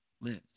lives